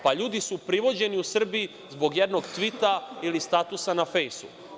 Pa, ljudi su privođeni u Srbiji zbog jednog tvita ili statusa na fejsu.